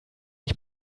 ich